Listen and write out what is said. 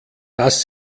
das